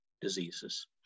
diseases